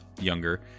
younger